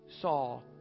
saw